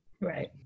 Right